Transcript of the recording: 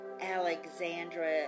Alexandra